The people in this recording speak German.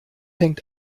hängt